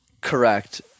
Correct